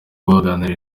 guharanira